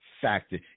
factor